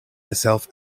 herself